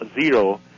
zero